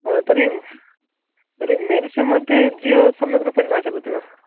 अ तर्हि तर्हि मेण्सेमध्ये जियो सम्यग्रूपेण न चलति वा